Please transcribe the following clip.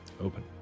open